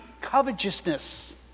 covetousness